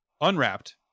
unwrapped